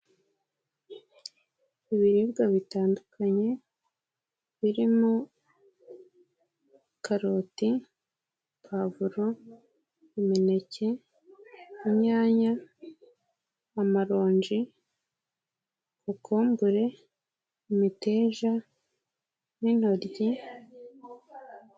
Ibiribwa bitandukanye birimo karoti, pavuro, imineke, inyanya, amaronji, kokombure, imiteja n'intoryi...